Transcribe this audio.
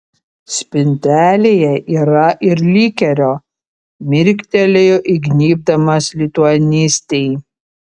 spintelėje yra ir likerio mirktelėjo įgnybdamas lituanistei